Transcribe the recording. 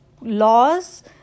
laws